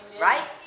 Right